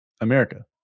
America